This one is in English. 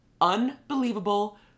unbelievable